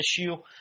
issue